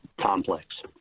complex